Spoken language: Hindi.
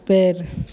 पेड़